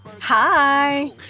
Hi